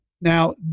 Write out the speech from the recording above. Now